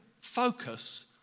Focus